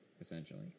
essentially